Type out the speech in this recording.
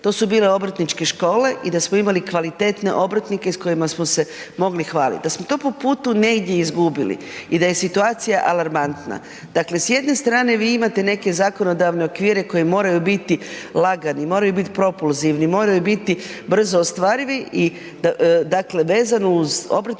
to su bile obrtničke škole i da smo imali kvalitetne obrtnike s kojima smo se mogli hvaliti. Da smo to po putu negdje izgubili i da je situacija alarmantna, dakle s jedne strane vi imate neke zakonodavne okvire koji moraju biti lagani, moraju biti propulzivni, moraju biti brzo ostvarivi i dakle vezano uz obrtnička